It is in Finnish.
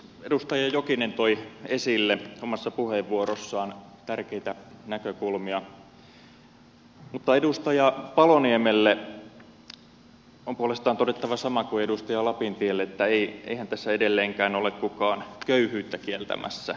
edustaja jokinen toi esille omassa puheenvuorossaan tärkeitä näkökulmia mutta edustaja paloniemelle on puolestaan todettava sama kuin edustaja lapintielle että eihän tässä edelleenkään ole kukaan köyhyyttä kieltämässä